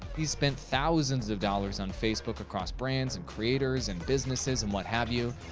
he's spent thousands of dollars on facebook across brands and creators and businesses and what have you.